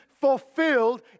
fulfilled